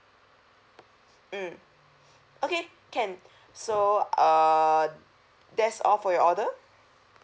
mm okay can so err that's all for your order